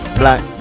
black